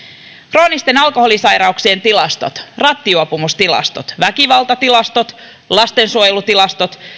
kroonisten alkoholisairauksien tilastot rattijuopumustilastot väkivaltatilastot lastensuojelutilastot